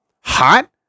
Hot